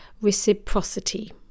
reciprocity